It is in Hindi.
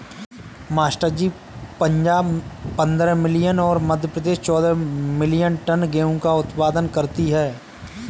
मास्टर जी पंजाब पंद्रह मिलियन और मध्य प्रदेश चौदह मिलीयन टन गेहूं का उत्पादन करती है